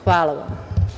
Hvala vam.